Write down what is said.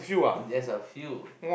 there's a few